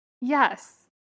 Yes